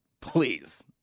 Please